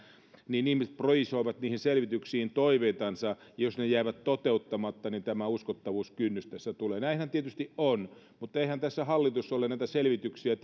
niin ihmiset projisoivat niihin selvityksiin toiveitansa ja jos ne ne jäävät toteuttamatta niin tämä uskottavuuskynnys tässä tulee näinhän tietysti on mutta eihän tässä hallitus ole näitä selvityksiä